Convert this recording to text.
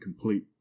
complete